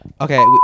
Okay